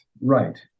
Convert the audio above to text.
Right